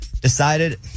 decided